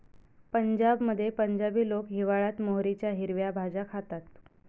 पंजाबमध्ये पंजाबी लोक हिवाळयात मोहरीच्या हिरव्या भाज्या खातात